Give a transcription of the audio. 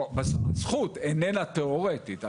זכות איננה תיאורטית,